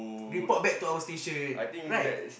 report back to our station right